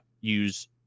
use